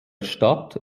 stadt